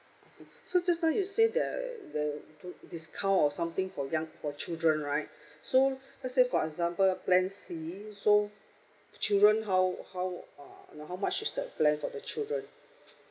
so just now you say the the discount or something for young for children right so let's say for example plan C so children how how uh know how much is the plan for the children